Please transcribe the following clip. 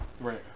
Right